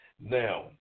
Now